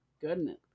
goodness